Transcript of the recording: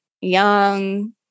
young